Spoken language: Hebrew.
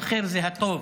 אלחיר זה הטוב.